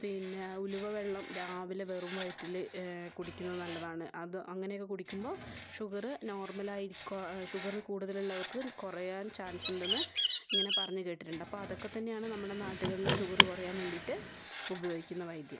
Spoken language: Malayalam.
പിന്നെ ഉലുവ വെള്ളം രാവിലെ വെറും വയറ്റിൽ കുടിക്കുന്നത് നല്ലതാണ് അത് അങ്ങനെയൊക്കെ കുടിക്കുമ്പോൾ ഷുഗറ് നോർമൽ ആയി കോ ഷുഗറ് കൂടുതൽ ഉള്ളവർക്ക് കുറയാൻ ചാൻസ് ഉണ്ട് എന്ന് ഇങ്ങനെ പറഞ്ഞ് കേട്ടിട്ടുണ്ട് ഇതൊക്കെ തന്നെയാണ് നാടുകളിൽ ഷുഗറ് കുറയാൻ വേണ്ടിട്ട് ഉപയോഗിക്കുന്ന വൈദ്യം